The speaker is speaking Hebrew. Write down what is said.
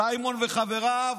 סיימון וחבריו,